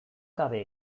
gabe